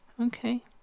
okay